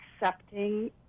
accepting